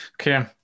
okay